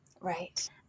Right